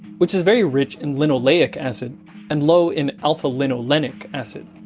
which is very rich in linoleic acid and low in alpha linolenic acid.